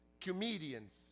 comedians